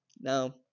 now